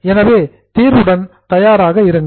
எனவே தீர்வுடன் தயாராக இருங்கள்